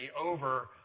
over